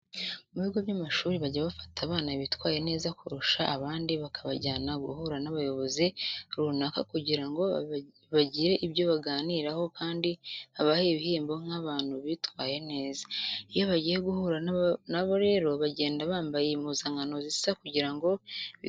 Mu bigo by'amashuri bajya bafata abana bitwaye neza kurusha abandi bakabajyana guhura n'abayobozi runaka kugira ngo bagire ibyo baganiraho kandi babahe ibihembo nk'abantu bitwaye neza. Iyo bagiye guhura na bo rero bagenda bambaye impuzankano zisa kugira ngo bigaragare ko bavuye ahantu hamwe.